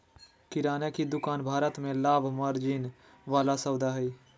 किराने की दुकान भारत में लाभ मार्जिन वाला सौदा हइ